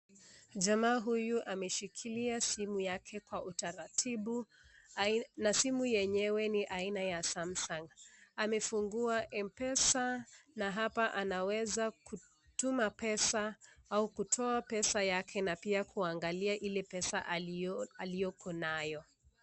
Jamaa huyu ameshikilia simu yake kwa utaratibu, na simu yenyewe ni aina ya samsung , amefungua m-pesa na hapa anaweza kutuma pesa au kutoa pesa yake na pia kuangalia ile pesa aliyoko nayo.